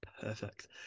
perfect